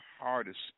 hardest